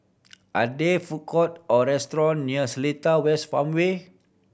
are there food court or restaurant near Seletar West Farmway